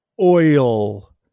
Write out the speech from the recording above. oil